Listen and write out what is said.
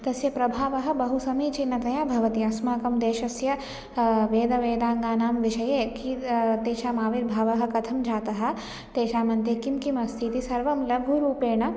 तस्य प्रभावः बहु समीचीनतया भवति अस्माकं देशस्य वेदवेदाङ्गानां विषये कीयद् तेषां आविर्भावः कथं जातं तेषां मध्ये किं किम् अस्ति इति सर्वं लघुरूपेण